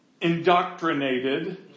indoctrinated